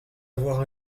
avoir